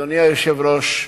אדוני היושב-ראש,